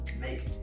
make